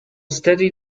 steady